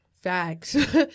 Facts